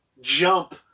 jump